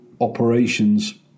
operations